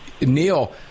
Neil